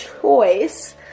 choice